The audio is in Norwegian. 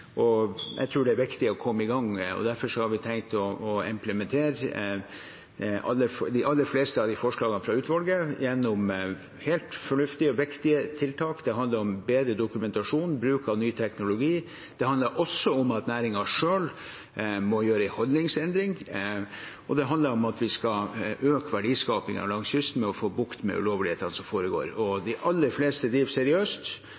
forslagene fra utvalget gjennom helt fornuftige og viktige tiltak. Det handler om bedre dokumentasjon og bruk av ny teknologi. Det handler også om at næringen selv må igjennom en holdningsendring, og det handler om at vi skal øke verdiskapingen langs kysten og få bukt med ulovlighetene som foregår. De aller fleste driver seriøst,